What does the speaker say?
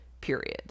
Period